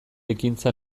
ekintza